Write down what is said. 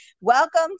welcome